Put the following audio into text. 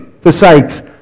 forsakes